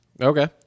Okay